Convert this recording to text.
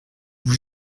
vous